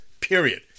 period